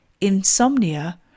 insomnia